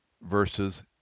versus